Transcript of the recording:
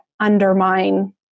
undermine